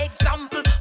example